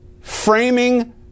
framing